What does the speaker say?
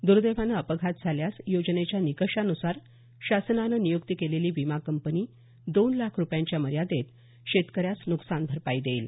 दर्दैवाने अपघात झाल्यास योजनेच्या निकषान्सार शासनानं नियुक्त केलेली विमा कंपनी दोन लाख रुपयांच्या मर्यादेत शेतकऱ्यास न्कसान भरपाई देईल